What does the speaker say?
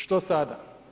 Što sada?